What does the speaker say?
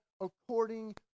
according